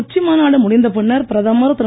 உச்சி மாநாடு முடிந்த பின்னர் பிரதமர் திரு